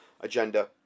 agenda